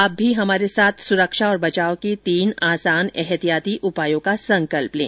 आप भी हमारे साथ सुरक्षा और बचाव के तीन आसान एहतियाती उपायों का संकल्प लें